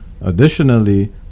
Additionally